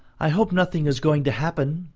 i hope nothing is going to happen,